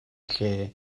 lle